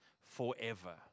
forever